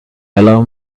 allow